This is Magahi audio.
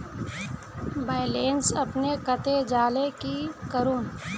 बैलेंस अपने कते जाले की करूम?